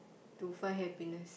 to find happiness